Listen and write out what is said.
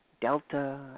delta